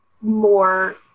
more